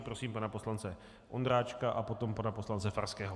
Prosím pana poslance Ondráčka a potom pana poslance Farského.